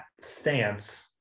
stance